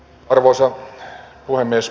arvoisa puhemies